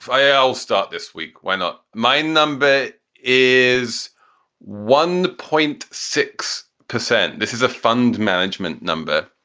i'll start this week. why not? my number is one point six percent. this is a fund management number.